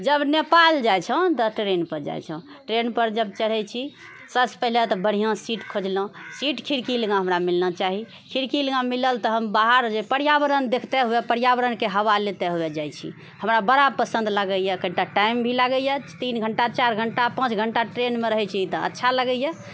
जब नेपाल जाइ छहुँ तऽ ट्रेन पर जाइ छहुँ ट्रेन पर जब चढ़े छी सभसँ पहिले तऽ बढिआँ सीट खोजलहुँ सीट खिड़की लग हमरा मिलना चाही खिड़की लग मिलल तऽ हम बाहर जे पर्यावरण देखते हुए पर्यावरणके हवा लेते हुए जाइत छी हमरा बड़ा पसन्द लागयए कनिटा टाइम भी लागयए तीन घण्टा चारि घण्टा पाँच घण्टा ट्रेनमे रहैत छी तऽ अच्छा लगयए